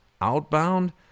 outbound